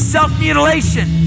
Self-mutilation